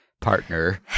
partner